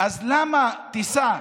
אז למה טיסה,